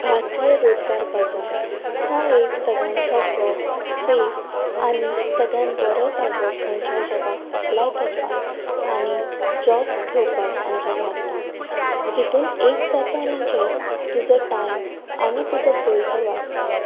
भारतीय रोजगार बाजार हो एक सगळ्यांत सोंपो सेफ आनी सगळ्यांत बोरो जागो खंयच्याय जॉबाक अप्लाय करपाक आनी जॉब्स घेवपाक आमच्या भारतांत हितून एक जाता म्हणजे तुजो टायम आनी तुजो पयसो वाचता